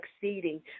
succeeding